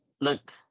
look